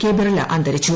K Birla അന്തരിച്ചു